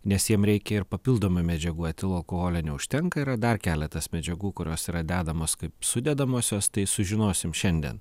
nes jiem reikia ir papildomų medžiagų etilo alkoholio neužtenka yra dar keletas medžiagų kurios yra dedamos kaip sudedamosios tai sužinosim šiandien